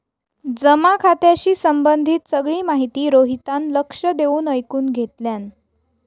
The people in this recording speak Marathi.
जमा खात्याशी संबंधित सगळी माहिती रोहितान लक्ष देऊन ऐकुन घेतल्यान